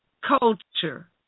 culture